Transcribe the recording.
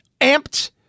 amped